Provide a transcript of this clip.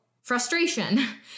frustration